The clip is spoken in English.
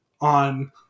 on